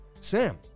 Sam